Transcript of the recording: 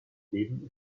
leben